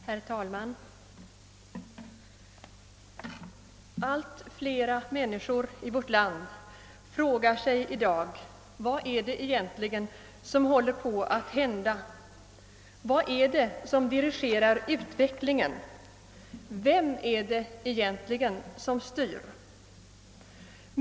Herr talman! Allt flera människor i vårt land frågar sig i dag: Vad är det egentligen som håller på att hända? Vad är det som dirigerar utvecklingen? Vem är det egentligen som styr?